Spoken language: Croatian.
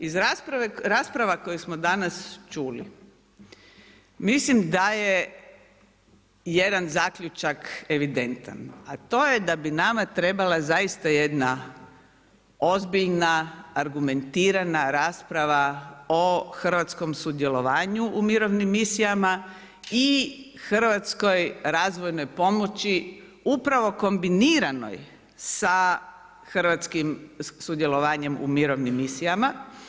Iz rasprava koje smo danas čuli mislim da je jedan zaključak evidentan, a to je da bi nama trebala zaista jedna ozbiljna argumentirana rasprava o hrvatskom sudjelovanju u mirovnim misijama i hrvatskoj razvojnoj pomoći upravo kombiniranoj sa hrvatskim sudjelovanjem u mirovnim misijama.